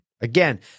Again